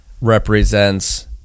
represents